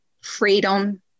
freedom